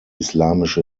islamische